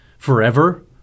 forever